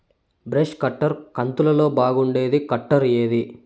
Brush cutter కంతులలో బాగుండేది cutter ఏది?